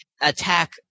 attack